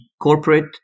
corporate